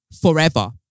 forever